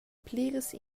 pliras